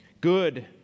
Good